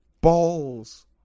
balls